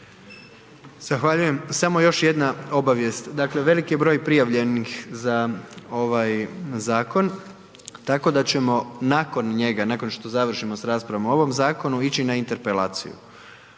Zahvaljujem. Samo još jedna obavijest. Dakle, veliki je broj prijavljenih za ovaj zakon, tako da ćemo nakon njega, nakon što završimo s raspravom o ovom zakonu ići na Interpelaciju.